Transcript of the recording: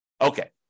Okay